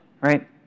Right